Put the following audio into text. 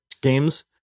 games